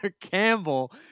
Campbell